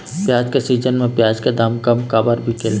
प्याज के सीजन म प्याज के दाम कम काबर बिकेल?